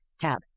Tab